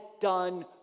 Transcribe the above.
done